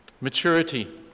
maturity